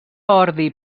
ordi